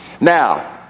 Now